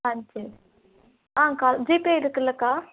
ஆ சரி ஆ call GPay இருக்குதுல்லக்கா